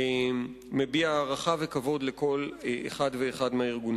מביע הערכה וכבוד לכל אחד מהם.